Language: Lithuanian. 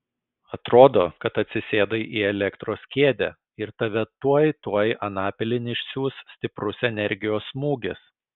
atrodo kad atsisėdai į elektros kėdę ir tave tuoj tuoj anapilin išsiųs stiprus energijos smūgis